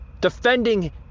defending